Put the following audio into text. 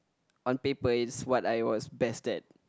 on paper it's what I was best at